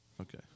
Okay